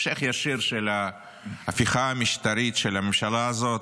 המשך ישיר של ההפיכה המשטרית של הממשלה הזאת.